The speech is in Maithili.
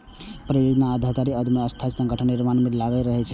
परियोजना आधारित उद्यम अस्थायी संगठनक निर्माण मे लागल रहै छै